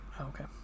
okay